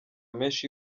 menshi